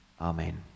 Amen